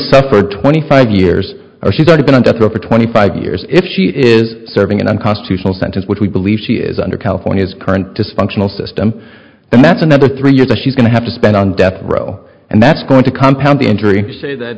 suffered twenty five years or she's already been on death row for twenty five years if she is serving an unconstitutional sentence which we believe she is under california's current dysfunctional system and that's another three years that she's going to have to spend on death row and that's going to